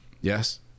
yes